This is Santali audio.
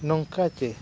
ᱱᱚᱝᱠᱟ ᱛᱮ